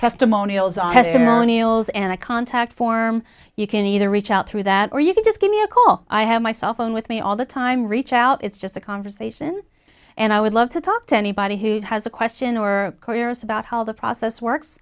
testimonials and a contact form you can either reach out through that or you can just give me a call i have my cell phone with me all the time reach out it's just a conversation and i would love to talk to anybody who has a question or cares about how the process works